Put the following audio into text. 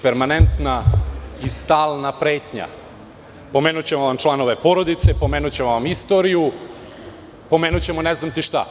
Permanentna i stalna pretnja - pomenućemo vam članove porodice, pomenućemo vam istoriju, pomenućemo ne znam šta.